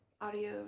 audio